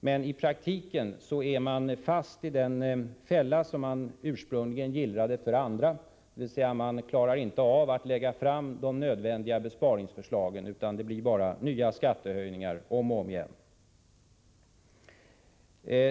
Men i praktiken är man fast i den fälla som man ursprungligen gillrade för andra, dvs. man klarar inte av att göra de nödvändiga besparingarna, utan det blir nya skattehöjningar om och om igen.